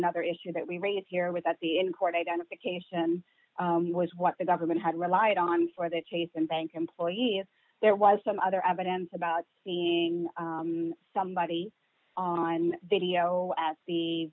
another issue that we raised here without the in court identification was what the government had relied on for the chase and bank employees there was some other evidence about seeing somebody on video